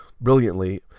brilliantly